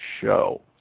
show